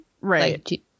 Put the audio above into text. Right